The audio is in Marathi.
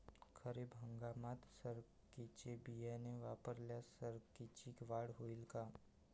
खरीप हंगामात सरकीचे बियाणे वापरल्यास सरकीची वाढ होईल का?